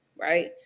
right